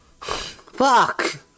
Fuck